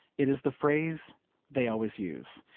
it is the phrase they always use,